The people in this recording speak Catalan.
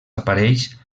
aparells